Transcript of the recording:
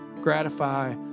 gratify